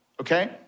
Okay